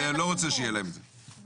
אני לא רוצה שיהיה להם את זה.